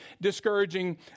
discouraging